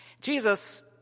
Jesus